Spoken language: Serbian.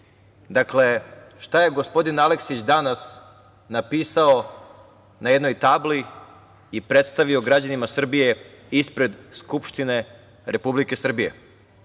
vidi, šta je gospodin Aleksić danas napisao na jednoj tabli i predstavio građanima Srbije ispred Skupštine Republike Srbije.